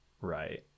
Right